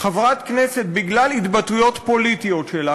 חברת כנסת בגלל התבטאויות פוליטיות שלה,